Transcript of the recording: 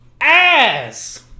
ass